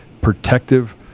protective